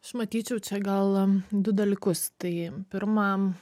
aš matyčiau čia gal du dalykus tai pirma